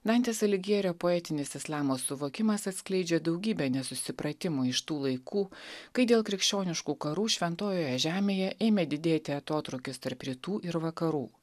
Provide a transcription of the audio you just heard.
dantės aligjerio poetinis islamo suvokimas atskleidžia daugybę nesusipratimų iš tų laikų kai dėl krikščioniškų karų šventojoje žemėje ėmė didėti atotrūkis tarp rytų ir vakarų